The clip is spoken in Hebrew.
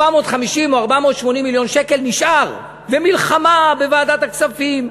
450 או 480 מיליון שקל נשארו במלחמה בוועדת הכספים,